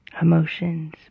emotions